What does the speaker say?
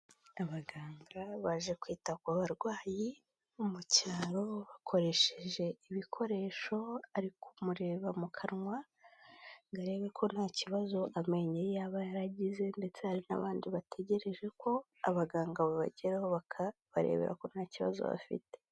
Abaganga baje kwita ku barwayi bo mu cyaro bakoresheje ibikoresho, ari kumureba mu kanwa ngo arebe ko nta kibazo amenyo ye yaba yaragize ndetse hari n'abandi bategereje ko abaganga babageraho bakabarebera ko nta kibazo bafite.